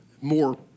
more